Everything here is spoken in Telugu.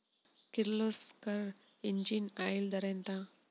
కిర్లోస్కర్ ఇంజిన్ ఆయిల్ ధర ఎంత?